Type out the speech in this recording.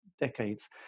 decades